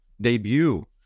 debut